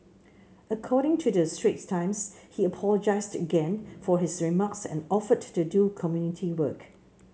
according to the Straits Times he apologised again for his remarks and offered to do community work